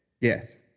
Yes